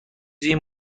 این